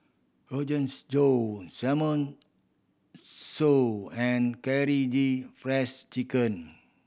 Rogans Josh and Karaage Frieds Chicken